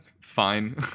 fine